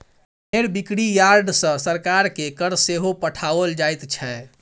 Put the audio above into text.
भेंड़ बिक्री यार्ड सॅ सरकार के कर सेहो पठाओल जाइत छै